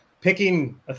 picking